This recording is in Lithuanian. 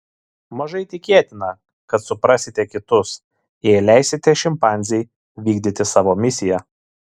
mažai tikėtina kad suprasite kitus jei leisite šimpanzei vykdyti savo misiją